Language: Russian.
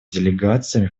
делегациями